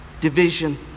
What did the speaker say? division